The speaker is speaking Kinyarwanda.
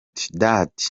that